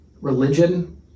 Religion